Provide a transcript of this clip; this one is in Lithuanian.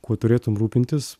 kuo turėtum rūpintis